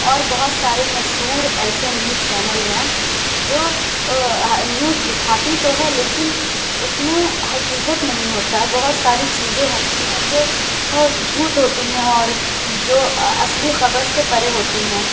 اور بہت سارے مشہور ایسے نیوز چینل ہیں جو نیوز دکھاتی تو ہے لیکن اس میں حقیقت نہیں ہوتا ہے بہت ساری چیزیں ہوتی ہیں جو جھوٹ ہوتی ہیں اور جو اصلی خبر سے پرے ہوتی ہیں